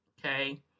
Okay